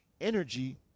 energy